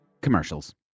commercials